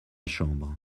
chambre